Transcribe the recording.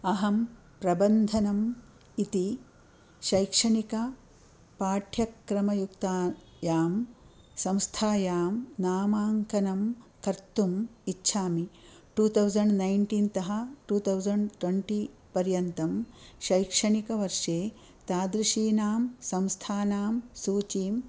अहं प्रबन्धनम् इति शैक्षणिकपाठ्यक्रमयुक्तायां संस्थायां नामाङ्कनं कर्तुम् इच्छामि टु तौजण्ड् नैण्टीन्तः टु तौजण्ड् ट्वेण्टिपर्यन्तं शैक्षणिकवर्षे तादृशीनां संस्थानां सूचीं किमहं प्राप्नवानि